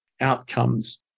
outcomes